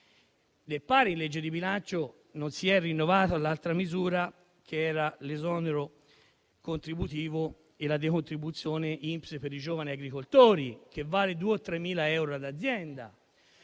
Del pari in legge di bilancio non si è rinnovata un'altra misura, l'esonero contributivo e la decontribuzione INPS per i giovani agricoltori, che vale 2.000-3.000 euro ad azienda.